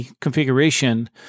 configuration